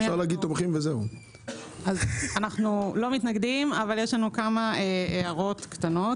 אנו לא מתנגדים אבל יש לנו כמה הערות קטנות.